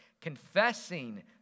confessing